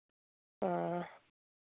हां